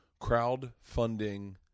crowdfunding